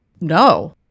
no